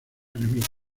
enemigos